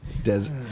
Desert